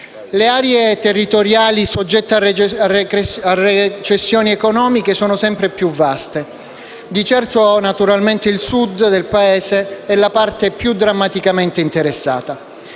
Le aree territoriali soggette a recessioni economiche sono sempre più vaste. Di certo, il Sud del Paese è naturalmente la parte più drammaticamente interessata.